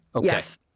Yes